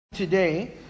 today